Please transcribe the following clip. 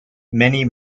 many